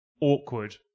Awkward